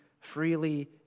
freely